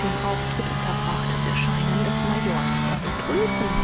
den auftritt unterbrach das erscheinen des majors von tulpen